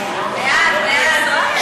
פנסיוני בין בני-זוג שנפרדו (תיקון,